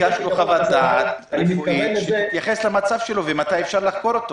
--- לכן ביקשנו חוות דעת רפואית שתתייחס למצב שלו ומתי אפשר לחקור אותו.